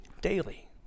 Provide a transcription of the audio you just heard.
daily